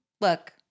Look